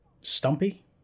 Stumpy